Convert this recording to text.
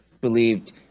believed